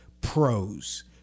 pros